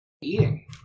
eating